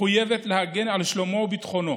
מחויבת להגן על שלומו וביטחונו